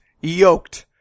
Yoked